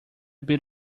bit